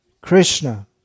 Krishna